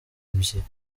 ebyiri